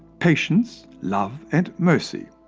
patience, love and mercy.